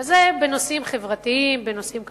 וזה בנושאים חברתיים, בנושאים כלכליים.